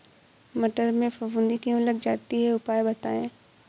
मटर में फफूंदी क्यो लग जाती है उपाय बताएं?